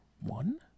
One